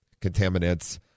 contaminants